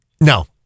No